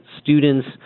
students